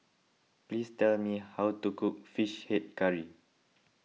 please tell me how to cook Fish Head Curry